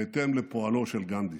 בהתאם לפועלו של גנדי.